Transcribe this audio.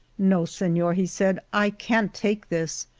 no, senor, he said, i can't take this.